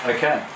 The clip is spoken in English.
Okay